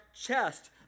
chest